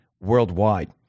worldwide